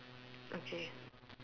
okay